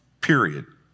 Period